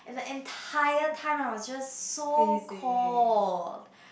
and the entire time I was just so cold